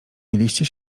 mieliście